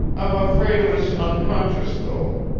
i'm afraid it was unconscious, though.